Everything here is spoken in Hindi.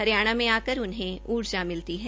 हरियाणा में आकर उन्हें ऊर्जा मिलती है